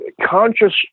conscious